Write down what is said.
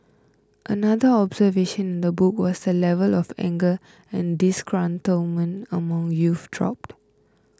another observation in the book was the level of anger and disgruntlement among youth dropped